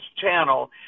channel